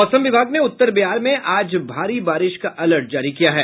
मौसम विभाग ने उत्तर बिहार में आज भारी बारिश का अलर्ट जारी किया है